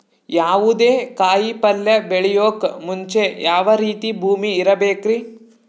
ಯಾವುದೇ ಕಾಯಿ ಪಲ್ಯ ಬೆಳೆಯೋಕ್ ಮುಂಚೆ ಯಾವ ರೀತಿ ಭೂಮಿ ಇರಬೇಕ್ರಿ?